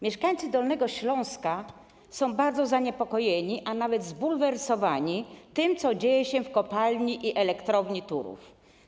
Mieszkańcy Dolnego Śląska są bardzo zaniepokojeni, a nawet zbulwersowani tym, co dzieje się w kopalni i Elektrowni Turów.